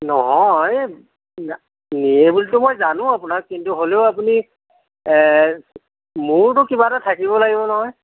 নহয় না নিয়ে বুলিতো মই জানো আপোনাক কিন্তু হ'লেও আপুনি এ মোৰোতো কিবা এটা থাকিব লাগিব নহয়